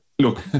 look